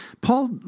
Paul